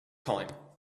time